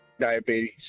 diabetes